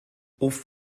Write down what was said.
off